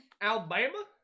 Alabama